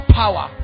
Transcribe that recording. power